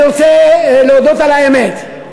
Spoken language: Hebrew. אני רוצה להודות על האמת: